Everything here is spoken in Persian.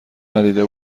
ندیده